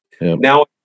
Now